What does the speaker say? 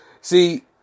see